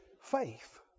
faith